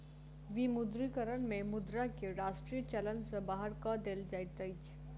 विमुद्रीकरण में मुद्रा के राष्ट्रीय चलन सॅ बाहर कय देल जाइत अछि